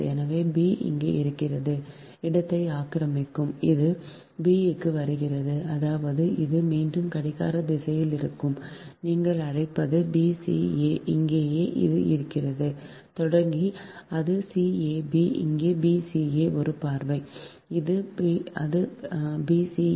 எனவே b இங்கே இருக்கும் இடத்தை ஆக்கிரமிக்கும் அது b க்கு வருகிறது அதாவது அது மீண்டும் கடிகார திசையில் இருக்கும் நீங்கள் அழைப்பது b c a இங்கேயே அது இங்கிருந்து தொடங்கி அது c a b இங்கே b c a ஒரு பார்வை அது b c a